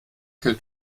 hält